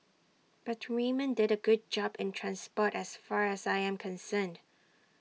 but Raymond did A great job in transport as far as I am concerned